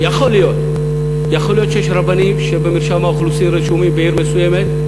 יכול להיות שיש רבנים שבמרשם האוכלוסין רשומים בעיר מסוימת,